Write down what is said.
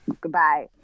Goodbye